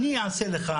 אני אעשה לך,